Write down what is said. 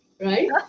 right